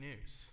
news